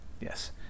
Yes